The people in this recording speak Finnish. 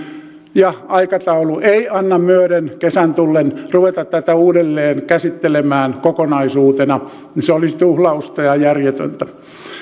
ja aikataulu ei anna myöden kesän tullen ruveta tätä uudelleen käsittelemään kokonaisuutena se olisi tuhlausta ja järjetöntä